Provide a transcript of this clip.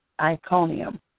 Iconium